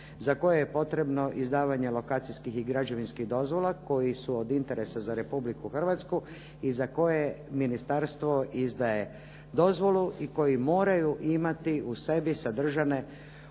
za koje je potrebno izdavanje lokacijskih i građevinskih dozvola koji su od interesa za Republiku Hrvatsku i za koje ministarstvo izdaje dozvolu i koji moraju imati u sebi sadržane